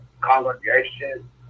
congregation